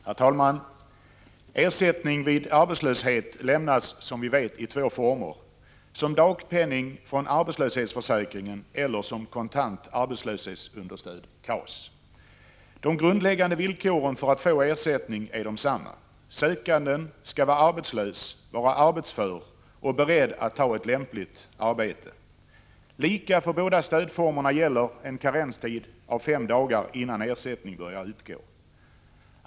Herr talman! Ersättning vid arbetslöshet lämnas som vi vet i två former, som dagpenning från arbetslöshetsförsäkringen eller som kontant arbetsmarknadsstöd . De grundläggande villkoren för att få ersättning är desamma: sökanden skall vara arbetslös, arbetsför och beredd att ta ett lämpligt arbete. Lika för båda stödformerna gäller en karenstid av fem dagar innan ersättning börjar utgå.